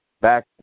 back